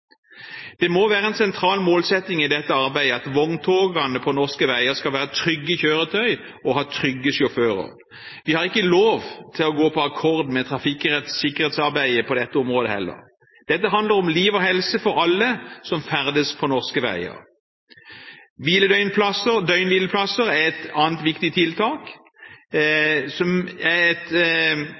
Det må være en sentral målsetting i dette arbeidet at vogntogene på norske veier skal være trygge kjøretøy og ha trygge sjåfører. Vi har ikke lov til å gå på akkord med trafikksikkerhetsarbeidet på dette området heller. Dette handler om liv og helse for alle som ferdes på norske veier. Døgnhvileplasser er et annet viktig tiltak som er